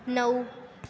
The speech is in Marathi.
नऊ